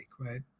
right